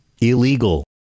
illegal